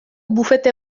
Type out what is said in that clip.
bufete